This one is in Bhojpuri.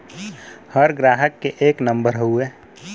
हर ग्राहक के एक नम्बर हउवे